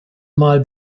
mal